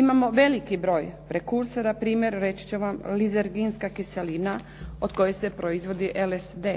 Imamo veliki broj prekursora, primjer, reći ću vam lizerginska kiselina od koje se proizvodi LSD.